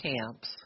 camps